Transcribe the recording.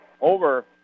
over